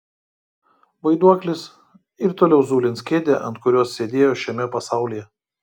vaiduoklis ir toliau zulins kėdę ant kurios sėdėjo šiame pasaulyje